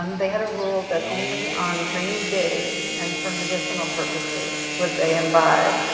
um they had a rule that only on rainy days and for medicinal purposes would they embide.